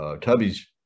Tubby's –